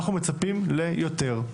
אנחנו מצפים ליותר,